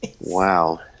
Wow